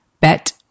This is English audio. bet